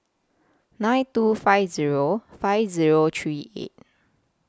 nine two five Zero five Zero three eight